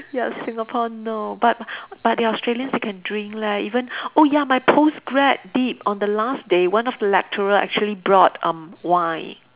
ya Singapore no but but the Australians they can drink leh even oh ya my postgrad did on the last day one of the lecturer actually brought um wine